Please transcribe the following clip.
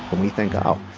we think, oh,